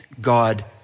God